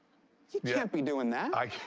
you can't been doing that. i